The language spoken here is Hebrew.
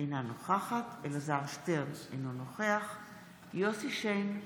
אינה נוכחת אלעזר שטרן, אינו נוכח יוסף שיין,